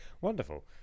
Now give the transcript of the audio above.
wonderful